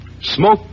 smoke